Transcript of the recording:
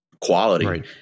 quality